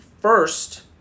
first